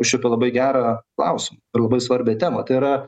užčiuopė labai gerą klausimą ir labai svarbią temą tai yra